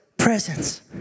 presence